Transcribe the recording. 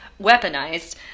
weaponized